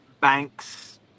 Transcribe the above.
banks